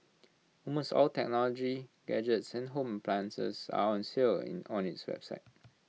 almost all technology gadgets and home appliances are on sale in on its website